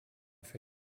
für